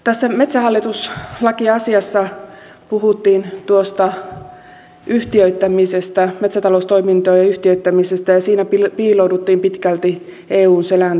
tässä metsähallitus lakiasiassa puhuttiin metsätaloustoimintojen yhtiöittämisestä ja siinä piilouduttiin pitkälti eun selän taakse